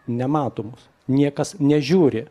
nematomos niekas nežiūri